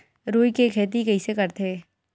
रुई के खेती कइसे करथे?